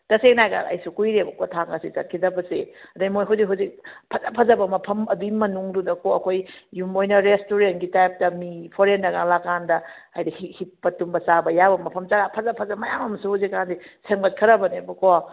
ꯇꯁꯦꯡꯅ ꯍꯥꯏꯔꯒ ꯑꯩꯁꯨ ꯀꯨꯏꯔꯦꯕꯀꯣ ꯊꯥꯡꯒꯁꯤ ꯆꯠꯈꯤꯗꯕꯁꯦ ꯑꯗꯩ ꯃꯈꯣꯏꯁꯤ ꯍꯧꯖꯤꯛ ꯐꯖ ꯐꯖꯕ ꯃꯐꯝ ꯑꯗꯨꯏ ꯃꯅꯨꯡꯗꯨꯗꯀꯣ ꯑꯩꯈꯣꯏ ꯌꯨꯝ ꯑꯣꯏꯅ ꯔꯦꯁꯇꯣꯔꯦꯟꯒꯤ ꯇꯥꯏꯞꯇ ꯃꯤ ꯐꯣꯔꯦꯟꯅꯔꯒ ꯂꯥꯛꯑꯀꯥꯟꯗ ꯍꯥꯏꯗꯤ ꯍꯤꯞꯄ ꯇꯨꯝꯕ ꯆꯥꯕ ꯌꯥꯕ ꯃꯐꯝ ꯖꯒꯥ ꯐꯖ ꯐꯖꯕ ꯃꯌꯥꯝ ꯑꯃꯁꯨ ꯍꯧꯖꯤꯛ ꯀꯥꯟꯗꯤ ꯁꯦꯝꯒꯠꯈ꯭ꯔꯕꯅꯦꯕꯀꯣ